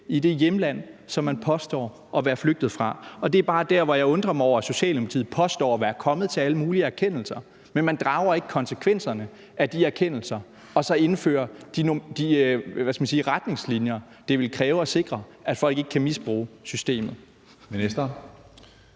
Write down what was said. i det hjemland, som man påstår at være flygtet fra. Det er bare der, hvor jeg undrer mig over, at Socialdemokratiet påstår at være kommet til alle mulige erkendelser, men ikke drager konsekvenserne af de erkendelser, altså indfører de retningslinjer, det ville kræve at sikre, at folk ikke kan misbruge systemet. Kl.